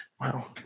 Wow